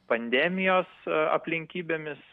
pandemijos aplinkybėmis